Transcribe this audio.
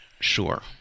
sure